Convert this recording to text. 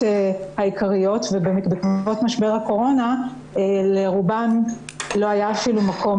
העיקריות ובעקבות משבר הקורונה לרובן לא היה אפילו מקום